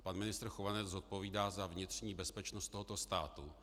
Pan ministr Chovanec zodpovídá za vnitřní bezpečnost tohoto státu.